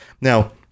Now